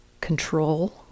control